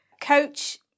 Coach